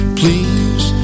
please